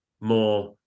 more